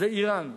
זה אירן.